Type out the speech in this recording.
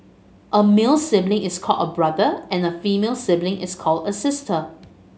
a male sibling is called a brother and a female sibling is called a sister